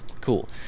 Cool